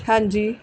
ਹਾਂਜੀ